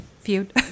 feud